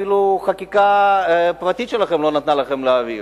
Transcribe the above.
אפילו חקיקה פרטית שלכם לא נתנה לכם להעביר.